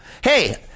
hey